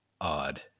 odd